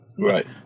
Right